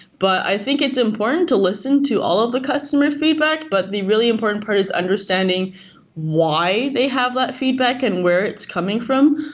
but i think it's important to listen to all of the customer feedback, but the really important part is understanding why they have that feedback and where it's coming from.